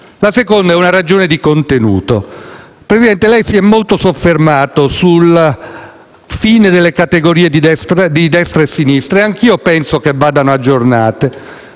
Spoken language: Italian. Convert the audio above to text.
La seconda ragione è di contenuto. Presidente, lei si è molto soffermato sulla fine delle categorie di destra e di sinistra, e anch'io penso che vadano aggiornate.